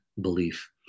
belief